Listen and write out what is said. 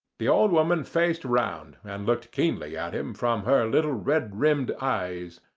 the old woman faced round and looked keenly at him from her little red-rimmed eyes.